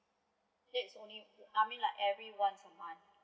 that i sonly I mean like every once a month